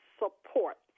support